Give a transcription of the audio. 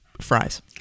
fries